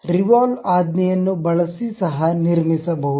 revolve ಆಜ್ಞೆಯನ್ನು ಬಳಸಿ ಸಹ ನಿರ್ಮಿಸಬಹುದು